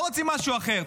אנחנו לא רוצים משהו אחר?